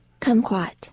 Kumquat